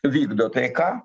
vykdo taiką